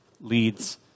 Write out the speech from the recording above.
leads